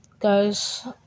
Guys